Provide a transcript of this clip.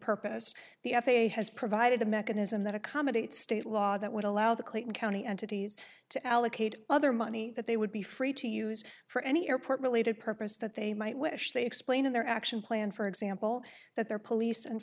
purpose the f a a has provided a mechanism that accommodates state law that would allow the clayton county entities to allocate other money that they would be free to use for any airport related purpose that they might wish to explain in their action plan for example that their police and